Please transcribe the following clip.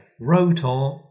Rotor